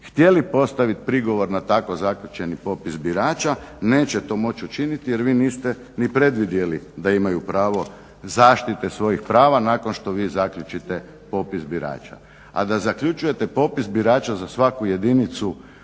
htjeli postaviti prigovor na tako zaključeni popis birača neće to moći učiniti jer vi niste ni predvidjeli da imaju pravo zaštite svojih prava nakon što vi zaključite popis birača. A da zaključujete popis birača za svaku jedinicu